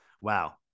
Wow